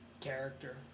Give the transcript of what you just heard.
character